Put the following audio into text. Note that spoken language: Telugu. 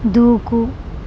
దూకు